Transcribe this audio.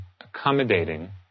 accommodating